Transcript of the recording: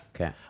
Okay